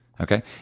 okay